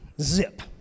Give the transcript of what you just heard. Zip